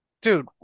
Dude